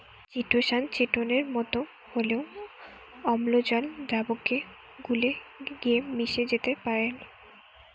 chitosan চিটোনের মতো হলেও অম্লজল দ্রাবকে গুলে গিয়ে মিশে যেতে পারেল